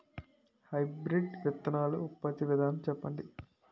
Hybrid విత్తనాలు ఉత్పత్తి విధానం చెప్పండి?